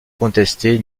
contestée